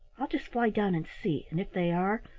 i'll just fly down and see, and if they are,